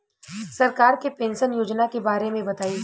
सरकार के पेंशन योजना के बारे में बताईं?